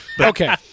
Okay